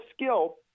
skill